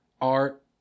art